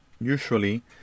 usually